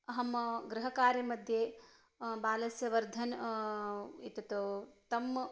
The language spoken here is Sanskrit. अहं गृहकार्यमध्ये बालस्य वर्धनं एतत् तम्